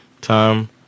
time